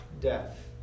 death